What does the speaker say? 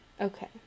Okay